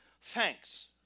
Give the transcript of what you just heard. thanks